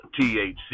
THC